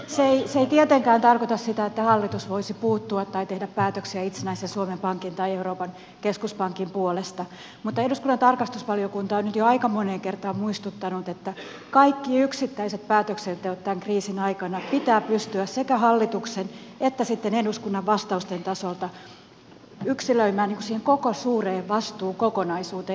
se ei tietenkään tarkoita sitä että hallitus voisi puuttua tai tehdä päätöksiä itsenäisen suomen pankin tai euroopan keskuspankin puolesta mutta eduskunnan tarkastusvaliokunta on nyt jo aika moneen kertaan muistuttanut että kaikki yksittäiset päätöksenteot tämän kriisin aikana pitää pystyä sekä hallituksen että sitten eduskunnan vastausten tasolta yksilöimään koko siihen suureen vastuukokonaisuuteen